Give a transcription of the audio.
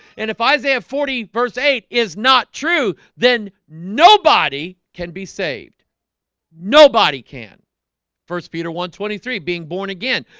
and if isaiah forty verse eight is not true, then nobody can be saved nobody can first peter one twenty three being born again,